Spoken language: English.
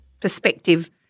perspective